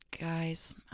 Guys